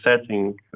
setting